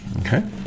Okay